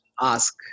ask